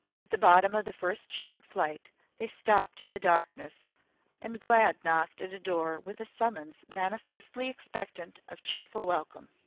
at the bottom of the first short flight they stopped in the darkness and glad knocked at a door with a summons manifestly expectant of cheerful welcome.